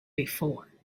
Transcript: before